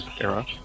era